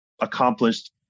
accomplished